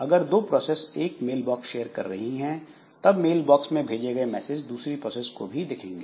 अगर दो प्रोसेस एक मेल बॉक्स शेयर कर रही हैं तब मेल बॉक्स में भेजे गए मैसेज दूसरी प्रोसेस को भी दिखेंगे